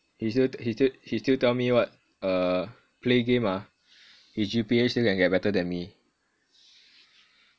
he still he still tell me uh what play game ah his G_P_A still can get better than me